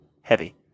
heavy